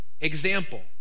Example